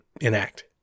enact